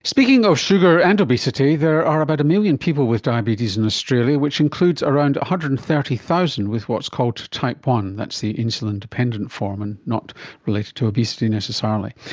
speaking of sugar and obesity, there are about a million people with diabetes in australia, which includes around one hundred and thirty thousand with what's called type one, that's the insulin-dependent form and not related to obesity necessarily.